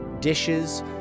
dishes